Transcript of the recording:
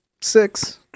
six